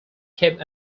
came